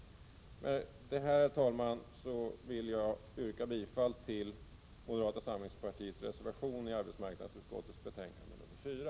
Med detta, herr talman, yrkar jag bifall till den moderata reservationen i arbetsmarknadsutskottets betänkande 4.